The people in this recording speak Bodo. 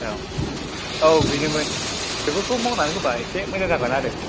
औ औ बेनोमोन बेफोरखौ मावनानै होबा एसे मोजां जागोन आरो